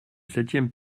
septième